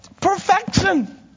Perfection